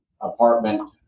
apartment